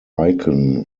icon